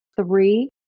three